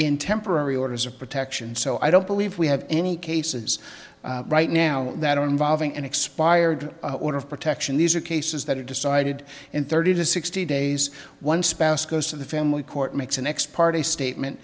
in temporary orders of protection so i don't believe we have any cases right now that are involving an expired order of protection these are cases that are decided in thirty to sixty days one spouse goes to the family court makes an ex parte statement